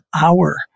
hour